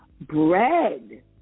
Bread